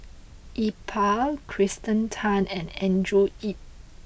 Iqbal Kirsten Tan and Andrew Yip